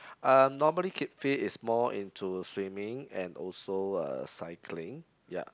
um normally keep fit is more into swimming and also uh cycling ya